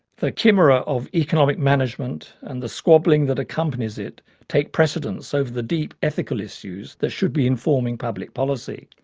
the chimera of economic management and the squabbling that accompanies it take precedence over the deep ethical issues that should be informing public policy.